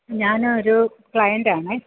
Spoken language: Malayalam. ഞാനൊരു ക്ലയന്റ് ആണെ